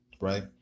right